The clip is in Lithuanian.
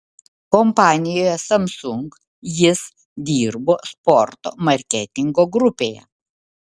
kompanijoje samsung jis dirbo sporto marketingo grupėje